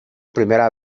primera